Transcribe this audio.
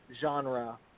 genre